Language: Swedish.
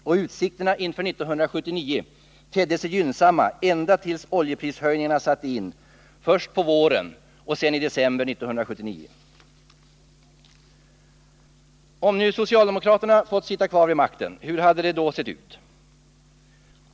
Och utsikterna inför 1979 tedde sig gynnsamma ända tills oljeprishöjningarna satte in — först på våren och sedan i december 1979. Om socialdemokraterna fått sitta kvar vid makten, hur hade det då gått?